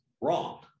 wrong